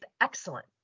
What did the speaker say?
excellent